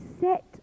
set